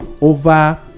over